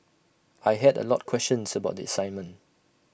I had A lot questions about the assignment